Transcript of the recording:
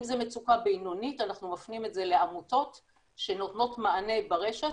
אם זו מצוקה בינונית אנחנו מפנים את זה לעמותות שנותנות מענה ברשת,